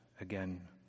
again